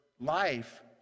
life